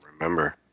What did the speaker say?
remember